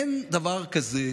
אין דבר כזה